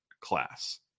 class